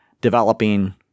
developing